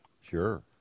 Sure